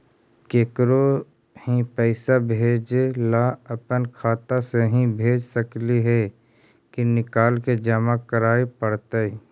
केकरो ही पैसा भेजे ल अपने खाता से ही भेज सकली हे की निकाल के जमा कराए पड़तइ?